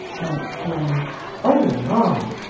and exclaimed oh, law!